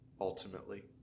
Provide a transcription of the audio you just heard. ultimately